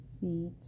Feet